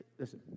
Listen